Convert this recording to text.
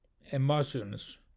emotions